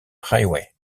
railway